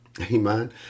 Amen